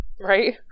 Right